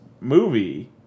movie